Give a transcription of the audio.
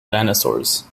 dinosaurs